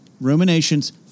Ruminations